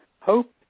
Hope